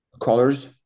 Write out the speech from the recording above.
colors